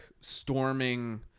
storming